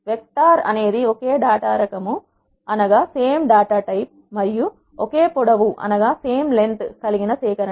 vector అనేది ఒకే data రకము మరియు ఒకే పొడవు కలిగిన సేకరణ